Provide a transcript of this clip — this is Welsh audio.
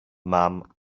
mam